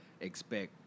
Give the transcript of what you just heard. Expect